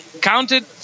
counted